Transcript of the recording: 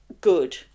good